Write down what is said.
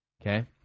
okay